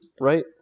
right